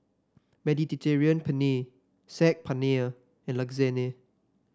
Mediterranean Penne Saag Paneer and Lasagne